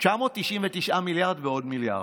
999 מיליארד ועוד מיליארד.